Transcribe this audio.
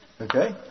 okay